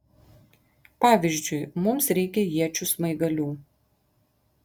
pavyzdžiui mums reikia iečių smaigalių